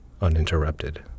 uninterrupted